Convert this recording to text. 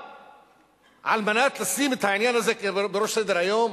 כדי לשים את העניין הזה בראש סדר-היום?